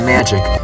Magic